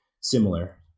similar